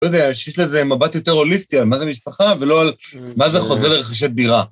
לא יודע, יש לזה מבט יותר הוליסטי על מה זה משפחה ולא על מה זה חוזר לרכישת דירה.